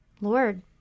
lord